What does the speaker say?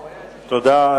תודה.